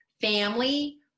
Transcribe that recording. family